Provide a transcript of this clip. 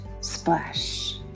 splash